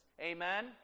Amen